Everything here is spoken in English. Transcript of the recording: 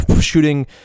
shooting